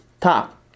top